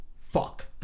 fuck